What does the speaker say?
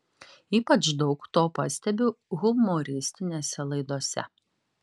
ypač daug to pastebiu humoristinėse laidose